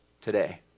today